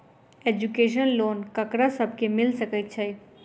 Education loan ककरा सब केँ मिल सकैत छै?